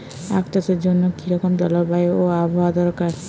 আখ চাষের জন্য কি রকম জলবায়ু ও আবহাওয়া দরকার?